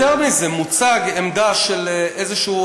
יותר מזה, מוצגת עמדה של איזשהו